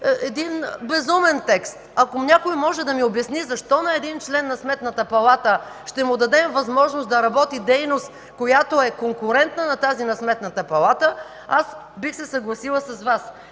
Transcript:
е безумен текст. Ако някой може да ми обясни защо на един член на Сметната палата ще му дадем възможност да работи дейност, която е конкурентна на тази на Сметната палата, бих се съгласила с Вас.